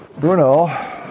Bruno